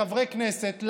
לחברי הכנסת,